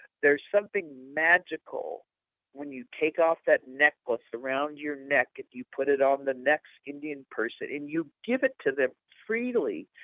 there's something magical when you take off that necklace around your neck and you put it on the next indian person and you give it to them freely.